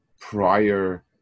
prior